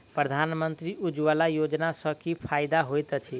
प्रधानमंत्री उज्जवला योजना सँ की फायदा होइत अछि?